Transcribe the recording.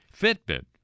Fitbit